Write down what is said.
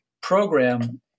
program